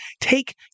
take